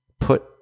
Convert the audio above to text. put